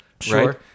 Sure